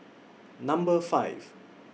Number five